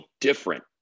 different